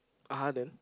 (uh huh) then